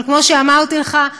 אבל כמו שאמרתי לך,